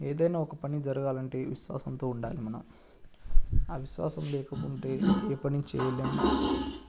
ఏదైనా ఒక పని జరగాలంటే విశ్వాసంతో ఉండాలి మనం ఆ విశ్వాసం లేకుంటే ఏ పని చేయలేం